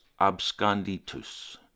Absconditus